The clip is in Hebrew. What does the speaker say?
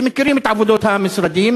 שמכירים את עבודות המשרדים,